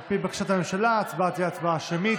על פי בקשת הממשלה, ההצבעה תהיה הצבעה שמית.